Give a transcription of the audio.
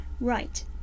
right